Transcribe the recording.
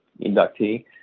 inductee